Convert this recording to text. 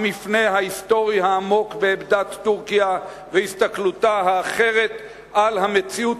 המפנה ההיסטורי העמוק בעמדת טורקיה והסתכלותה האחרת על המציאות